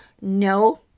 no